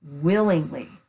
willingly